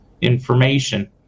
information